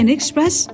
Express